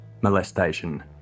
molestation